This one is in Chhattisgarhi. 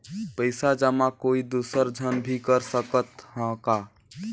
पइसा जमा कोई दुसर झन भी कर सकत त ह का?